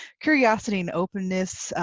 curiosity and openness,